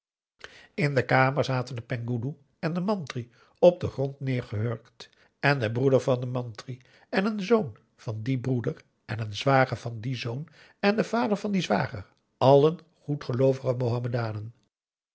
in de kamer zaten de penghoeloe en de mantri op den grond neergehurkt en de broeder van den mantri en een zoon van dien broeder en een zwager van dien zoon en de vader van dien zwager allen goedgeloovige mohammedanen